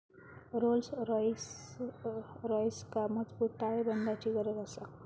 Rolls रॉइसका मजबूत ताळेबंदाची गरज आसा